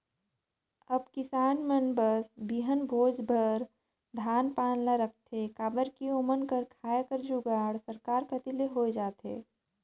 अब किसान मन बस बीहन भोज बर धान पान ल राखथे काबर कि ओमन कर खाए कर जुगाड़ सरकार कती ले होए जाथे